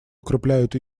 укрепляют